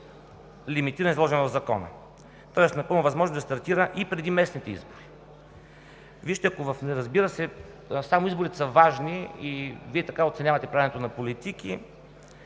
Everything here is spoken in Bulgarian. лимитиран и изложен в Закона. Тоест напълно възможно е да стартира и преди местните избори. Вижте, ако само изборите са важни и Вие така оценявате правенето на политики,